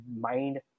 mind